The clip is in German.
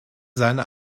seine